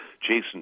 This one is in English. Jason